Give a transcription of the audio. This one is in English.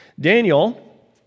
Daniel